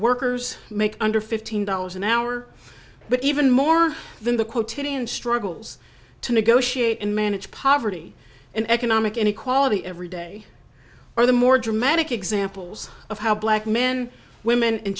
workers make under fifteen dollars an hour but even more than the quotidian struggles to negotiate and manage poverty and economic inequality every day are the more dramatic examples of how black men women and